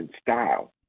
style